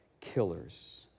killers